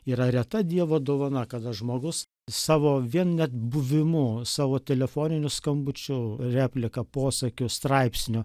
yra reta dievo dovana kada žmogus savo vien net buvimu savo telefoniniu skambučiu replika posakiu straipsniu